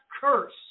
curse